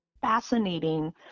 fascinating